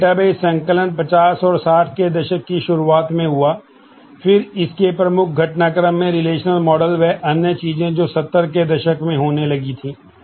तो डेटाबेस एवं अन्य चीजें जो 70 के दशक में होने लगी थे